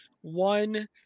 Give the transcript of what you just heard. One